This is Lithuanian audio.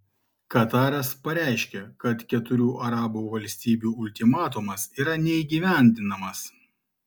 kataras pareiškė kad keturių arabų valstybių ultimatumas yra neįgyvendinamas